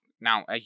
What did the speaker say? now